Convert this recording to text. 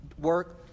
work